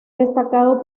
destacado